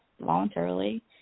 voluntarily